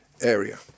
area